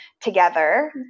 together